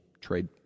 trade